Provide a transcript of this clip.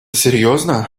серьезно